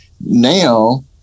now